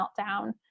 meltdown